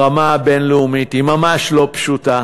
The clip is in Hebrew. ברמה הבין-לאומית, היא ממש לא פשוטה.